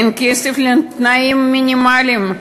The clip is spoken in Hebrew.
אין כסף לתנאים מינימליים,